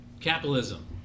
Capitalism